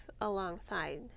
alongside